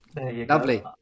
lovely